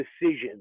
decisions